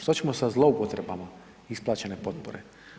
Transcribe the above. Što ćemo sa zloupotrebama isplaćene potpore?